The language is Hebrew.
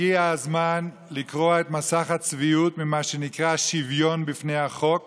הגיע הזמן לקרוע את מסך הצביעות ממה שנקרא שוויון בפני החוק